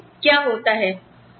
देखते हैं क्या होता है